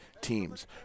teams